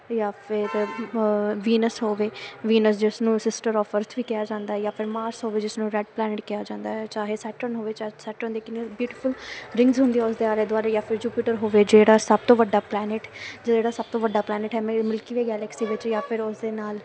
ਜਾਂ ਫਿਰ ਵੀਨਸ ਹੋਵੇ ਵੀਨਸ ਜਿਸ ਨੂੰ ਸਿਸਟਰ ਆਫ ਅਰਥ ਵੀ ਕਿਹਾ ਜਾਂਦਾ ਜਾਂ ਫਿਰ ਮਾਰਸ ਹੋਵੇ ਜਿਸ ਨੂੰ ਰੈਡ ਪਲੈਨਟ ਕਿਹਾ ਜਾਂਦਾ ਹੈ ਚਾਹੇ ਸੈਟਰਨ ਹੋਵੇ ਸੈਟਰਨ ਦੇ ਕਿੰਨੇ ਬੀਟਫੁਲ ਰਿੰਗਜ਼ ਹੁੰਦੀਆਂ ਉਸ ਦੇ ਆਲੇ ਦੁਆਲੇ ਜਾਂ ਫਿਰ ਜੂਪੀਟਰ ਹੋਵੇ ਜਿਹੜਾ ਸਭ ਤੋਂ ਵੱਡਾ ਪਲੈਨਟ ਜਿਹੜਾ ਸਭ ਤੋਂ ਵੱਡਾ ਪਲੈਨਟ ਹੈ ਮ ਮਿਲਕੀ ਵੇ ਗਲੈਕਸੀ ਵਿੱਚ ਜਾਂ ਫਿਰ ਉਸ ਦੇ ਨਾਲ